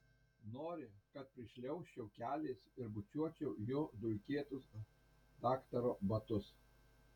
nori kad prišliaužčiau keliais ir bučiuočiau jo dulkėtus daktaro batus